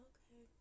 Okay